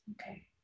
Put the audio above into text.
Okay